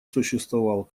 существовал